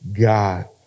God